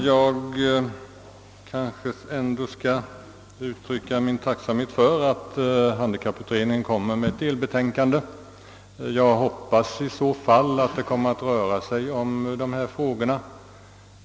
Herr talman! Jag vill uttrycka min tacksamhet över att handikapputredningen kommer att framlägga ett delbetänkande. Jag hoppas att detta även kommer att omfatta de frågor vi nu diskuterar.